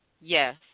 yes